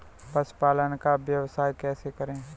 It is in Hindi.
पशुपालन का व्यवसाय कैसे करें?